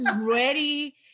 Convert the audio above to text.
ready